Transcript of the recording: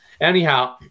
Anyhow